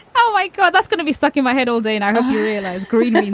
oh my god. that's going to be stuck in my head all day. and i hope you realize green you